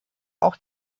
auch